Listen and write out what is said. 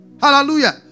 hallelujah